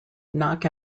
knock